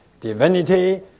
divinity